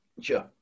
Sure